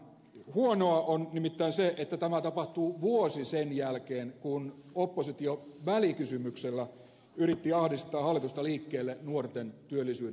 huonoa on nimittäin se että tämä tapahtuu vuosi sen jälkeen kun oppositio välikysymyksellä yritti ahdistaa hallitusta liikkeelle nuorten työllisyyden parantamiseksi